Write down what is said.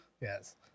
Yes